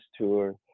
tour